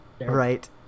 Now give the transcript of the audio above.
Right